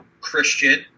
Christian